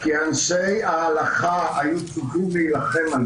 כי אנשי ההלכה היו צריכים להילחם על